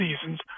seasons